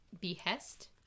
behest